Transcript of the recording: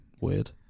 weird